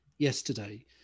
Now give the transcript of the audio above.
yesterday